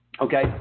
Okay